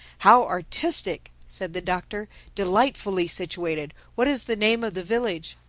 how artistic! said the doctor delightfully situated. what is the name of the village?